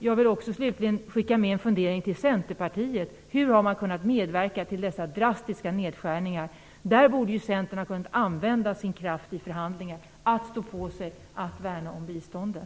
Jag vill också slutligen skicka med en fundering till Centerpartiet. Hur har man kunnat medverka till dessa drastiska nedskärningar? Där borde Centern ha kunnat använda sin kraft i förhandlingen till att stå på sig och till att värna om biståndet.